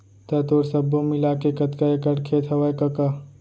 त तोर सब्बो मिलाके कतका एकड़ खेत हवय कका?